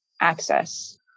access